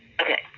Okay